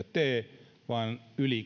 tee vaan